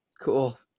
Cool